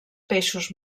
peixos